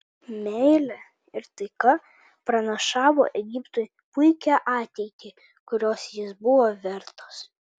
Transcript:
meilė ir taika pranašavo egiptui puikią ateitį kurios jis buvo vertas